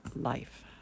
Life